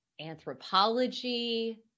anthropology